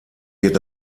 wird